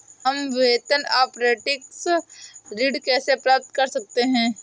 हम वेतन अपरेंटिस ऋण कैसे प्राप्त कर सकते हैं?